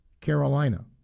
Carolina